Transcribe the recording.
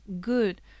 good